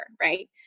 right